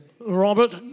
Robert